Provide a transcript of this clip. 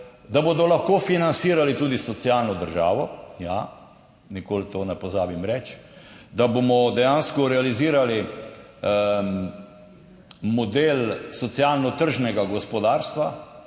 da bodo lahko financirali tudi socialno državo - ja, nikoli to ne pozabim reči -, da bomo dejansko realizirali model socialno tržnega gospodarstva,